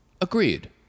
Agreed